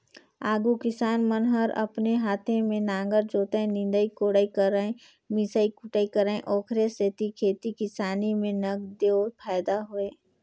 आघु किसान मन हर अपने हाते में नांगर जोतय, निंदई कोड़ई करयए मिसई कुटई करय ओखरे सेती खेती किसानी में नगदेच फायदा होय